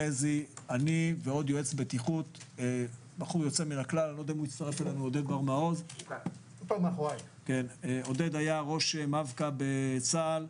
חזי ואני עם יועץ הבטיחות עודד בר מעוז שהיה ראש מפכ"א בצה"ל,